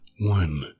one